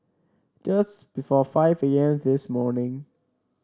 just before five A M this morning